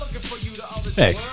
Hey